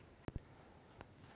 ನನ್ನ ವಿಮಾ ಪ್ರತಿ ವರ್ಷಾ ನವೇಕರಿಸಬೇಕಾ?